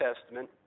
Testament